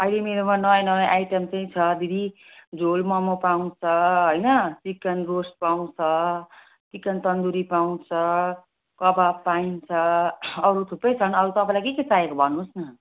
अहिले मेरोमा नयाँ नयाँ आइटम चाहिँ छ दिदी झोल ममो पाउँछ होइन चिकन रोस्ट पाउँछ चिकन तन्दुरी पाउँछ कवाब पाइन्छ अरू थुप्रै छन् अरू तपाईँलाई के के चाहिन्छ भन्नुहोस् न